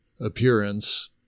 appearance